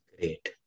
Great